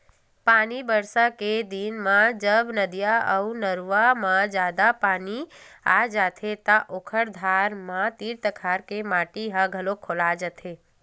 पानी बरसा के दिन म जब नदिया अउ नरूवा म जादा पानी आ जाथे त ओखर धार म तीर तखार के माटी ह घलोक खोला जाथे